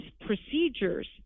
procedures